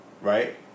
right